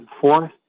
fourth